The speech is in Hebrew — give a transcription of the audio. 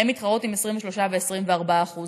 הן מתחרות עם 23% ו-24% מס.